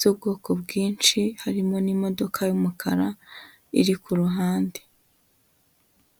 z'ubwoko bwinshi, harimo n'imodoka y'umukara iri ku ruhande.